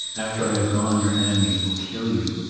after i have gone your enemies will kill you.